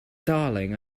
darling